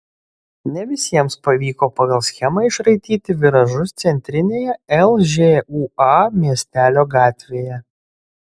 ne visiems pavyko pagal schemą išraityti viražus centrinėje lžūa miestelio gatvėje